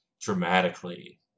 dramatically